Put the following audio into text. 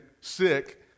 sick